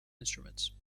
instruments